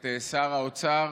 את שר האוצר,